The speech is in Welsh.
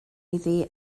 iddi